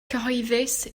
cyhoeddus